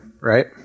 right